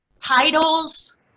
titles